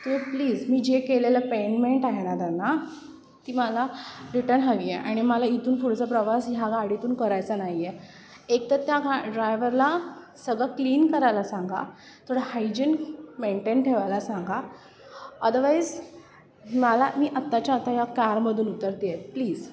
ते प्लीज मी जे केलेलं पेमेंट आहे ना त्यांना ती मला रिटर्न हवे आहे आणि मला इथून पुढचा प्रवास ह्या गाडीतून करायचा नाही आहे एक तर त्या ड्रायवरला सगळं क्लीन करायला सांगा थोडं हायजिन मेंटेन ठेवायला सांगा अदरवाईज मला मी आत्ताच्या आता या कारमधून उतरते आहे प्लीज